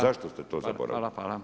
Zašto ste to zaboravili?